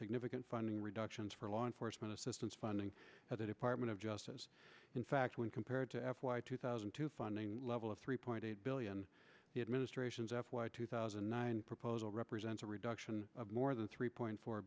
significant funding reductions for law enforcement assistance funding at the department of justice in fact when compared to f y two thousand to funding level of three point eight billion the administration's f y two thousand and nine proposal represents a reduction of more than three point four